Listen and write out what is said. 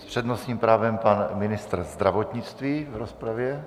S přednostním právem pan ministr zdravotnictví v rozpravě.